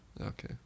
Okay